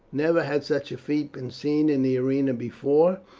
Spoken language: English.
never had such a feat been seen in the arena before,